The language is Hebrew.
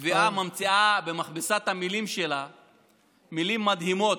מביאה וממציאה במכבסת המילים שלה מילים מדהימות,